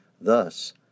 Thus